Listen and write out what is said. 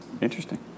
Interesting